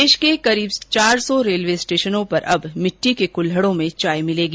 देश के करीब चार सौ रेलवें स्टेशनों पर अब मिट्टी के कुल्हड़ों में चाय मिलेगी